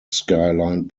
skyline